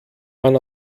man